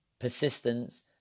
persistence